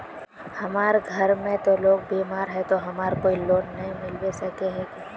हमर घर में ते लोग बीमार है ते हमरा कोई लोन नय मिलबे सके है की?